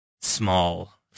small